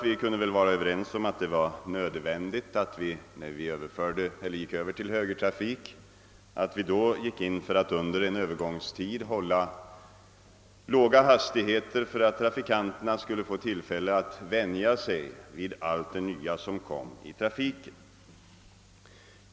Vid övergången till högertrafik var vi överens om att under en övergångstid hålla låga hastigheter för att trafikanterna skulle få tillfälle att vänja sig vid allt det nya i trafiken.